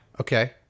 Okay